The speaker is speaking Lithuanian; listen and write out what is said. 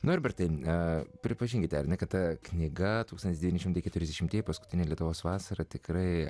norbertai na pripažinkite ar ne kad ta knyga tūkstantis devyni šimtai keturiasdešimtieji paskutinę lietuvos vasarą tikrai